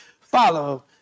follow